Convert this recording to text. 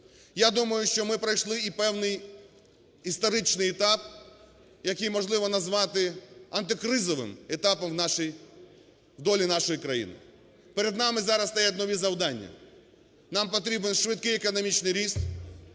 Я думаю, що ми пройшли і певний історичний етап, який можливо назвати "антикризовим етапом" в долі нашої країни. Перед нами зараз стоять нові завдання. Нам потрібен швидкий економічний ріст,